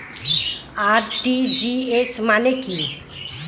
RTGS মানে কি?